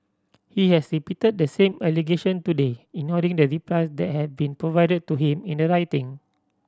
he has repeated the same allegation today ignoring the replies that have been provided to him in the writing